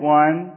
one